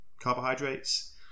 carbohydrates